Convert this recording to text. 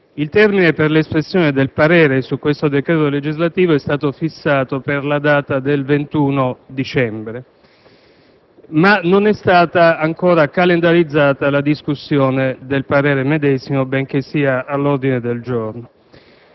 Il termine per l'espressione del parere su questo decreto legislativo è stato fissato per il 21 dicembre, ma non è stata ancora calendarizzata la discussione del parere medesimo, benché sia all'ordine del giorno.